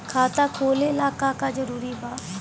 खाता खोले ला का का जरूरी बा?